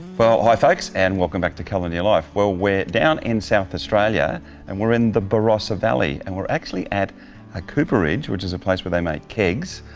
well hi folks and welcome back to colour in your life. well we're down in south australia and we're down in the barossa valley. and we're actually at a cooperage, which is place where they make kegs.